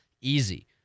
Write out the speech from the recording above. Easy